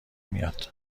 میاد